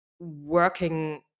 working